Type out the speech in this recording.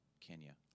Kenya